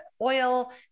oil